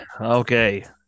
Okay